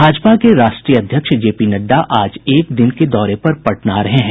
भाजपा के राष्ट्रीय अध्यक्ष जेपी नड़डा आज एक दिन के दौरे पर पटना आ रहे हैं